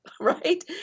Right